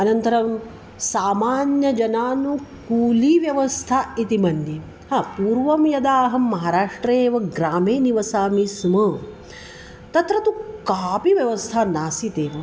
अनन्तरं सामान्यजनानुकूलव्यवस्था इति मन्ये आं पूर्वं यदा अहं महाराष्ट्रे एव ग्रामे निवसामि स्म तत्र तु कापि व्यवस्था नासीदेव